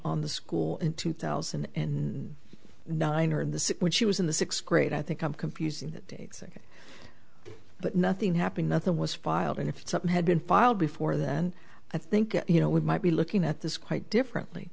on the school in two thousand and nine or in the soup when she was in the sixth grade i think i'm confusing that exact but nothing happened nothing was filed and if something had been filed before then i think you know we might be looking at this quite differently